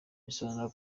bisobanuye